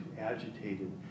agitated